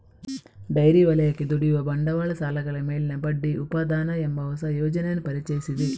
dairy ವಲಯಕ್ಕೆ ದುಡಿಯುವ ಬಂಡವಾಳ ಸಾಲಗಳ ಮೇಲಿನ ಬಡ್ಡಿ ಉಪಾದಾನ ಎಂಬ ಹೊಸ ಯೋಜನೆಯನ್ನು ಪರಿಚಯಿಸಿದೆ